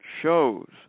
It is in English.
shows